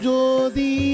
Jodi